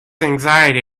anxiety